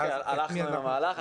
הלכנו עם המהלך,